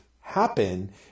happen